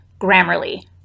Grammarly